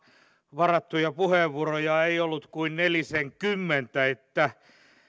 varattuja puheenvuoroja ei ollut kuin nelisenkymmentä